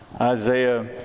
Isaiah